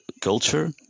culture